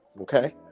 okay